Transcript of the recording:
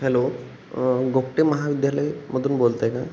hello Gogate महाविद्यालयमधून बोलताय का